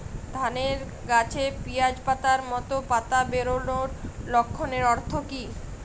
ধানের গাছে পিয়াজ পাতার মতো পাতা বেরোনোর লক্ষণের অর্থ কী?